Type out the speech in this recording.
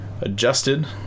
adjusted